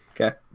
Okay